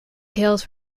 tails